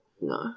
No